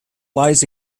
lies